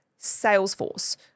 Salesforce